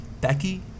Becky